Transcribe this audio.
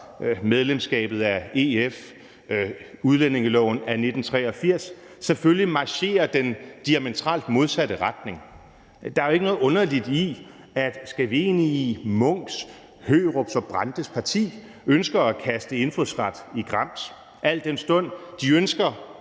medlemskabet af EF og til udlændingeloven af 1983 – selvfølgelig marcherer i den diametralt modsatte retning. Der er jo ikke noget underligt i, at Scavenii, Munchs, Hørups og Brandes' parti ønsker at kaste indfødsret i grams, al den stund de ønsker